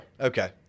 okay